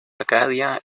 arcadia